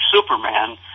Superman